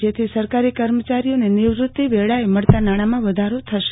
જેથી સરકારી કર્મચારીઓને નિવૃતી વેળાએ મળતા નાણામાં વધારો થશે